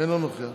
אינו נוכח,